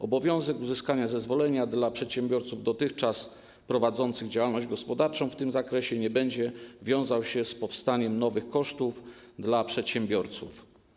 Obowiązek uzyskania zezwolenia dla przedsiębiorców dotychczas prowadzących działalność gospodarczą w tym zakresie nie będzie wiązał się z powstaniem nowych kosztów dla przedsiębiorców.